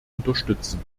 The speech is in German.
unterstützen